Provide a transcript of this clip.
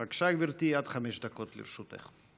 בבקשה, גברתי, עד חמש דקות לרשותך.